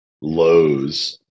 lows